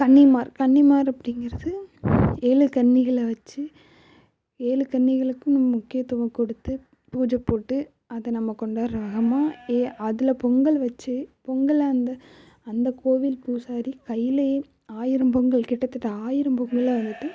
கன்னிமார் கன்னிமார் அப்படிங்கிறது ஏழு கன்னிகளை வெச்சு ஏழு கன்னிகளுக்கும் நாம் முக்கியத்துவம் கொடுத்து பூஜை போட்டு அதை நம்ம கொண்டாடுற ரகமாக ஏ அதில் பொங்கல் வெச்சு பொங்கலை அந்த அந்த கோவில் பூசாரி கையிலையே ஆயிரம் பொங்கல் கிட்டத்தட்ட ஆயிரம் பொங்கலை வந்துவிட்டு